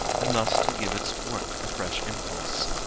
and thus to give its work a fresh impulse.